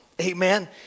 Amen